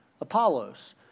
Apollos